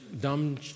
dumb